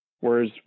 Whereas